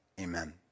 amen